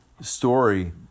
story